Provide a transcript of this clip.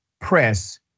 Press